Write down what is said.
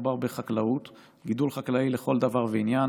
מדובר בחקלאות, גידול חקלאי לכל דבר ועניין.